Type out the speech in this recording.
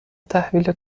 تحویل